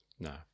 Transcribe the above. No